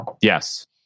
Yes